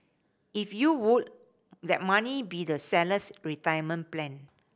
if you would that money be the seller's retirement plan